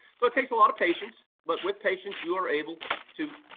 so it take a lot of patience, but with patience, you are able to